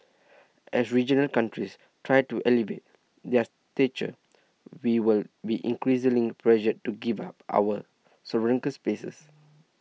as regional countries try to elevate their stature we will be increasingly pressured to give up our spaces